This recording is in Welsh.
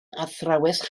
athrawes